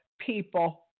people